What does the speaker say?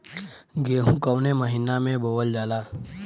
गेहूँ कवने महीना में बोवल जाला?